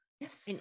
yes